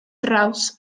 draws